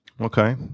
Okay